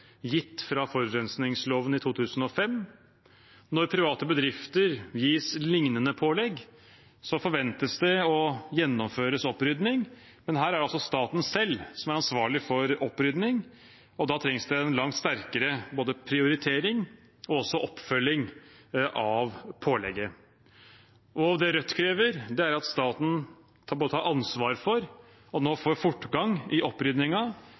gitt etter forurensningsloven i 2005. Når private bedrifter gis lignende pålegg, forventes det at det gjennomføres opprydning, men her er det altså staten selv som er ansvarlig for opprydning, og da trengs det en langt sterkere både prioritering og også oppfølging av pålegget. Det Rødt krever, er at staten tar ansvar for og nå får fortgang i